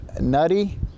nutty